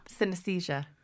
Synesthesia